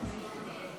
הצעת החוק